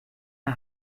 der